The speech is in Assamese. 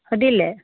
সুধিলে